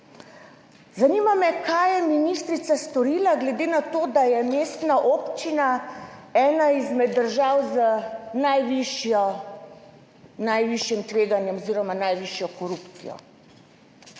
Zanima me, kaj je ministrica storila glede na to, da je mestna občina ena izmed držav z najvišjim tveganjem oziroma najvišjo korupcijo?